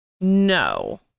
no